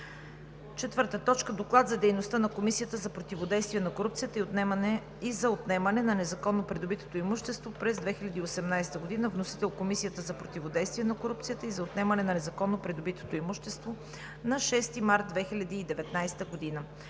февруари 2019 г. 4. Доклад за дейността на Комисията за противодействие на корупцията и за отнемане на незаконно придобитото имущество през 2018 г. Вносител: Комисията за противодействие на корупцията и за отнемане на незаконно придобитото имущество, 6 март 2019 г.